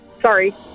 Sorry